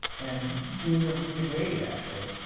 and being degraded actually.